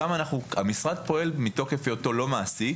שם המשרד פועל לא מתוקף היותו מעסיק,